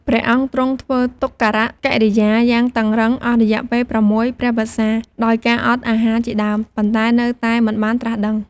ព្រះអង្គទ្រង់ធ្វើទុក្ករកិរិយាយ៉ាងតឹងរ៉ឹង អស់រយៈពេល ៦ ព្រះវស្សា ដោយការអត់អាហារជាដើម ប៉ុន្តែនៅតែមិនបានត្រាស់ដឹង។